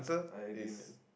I agree man